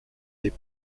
des